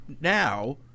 now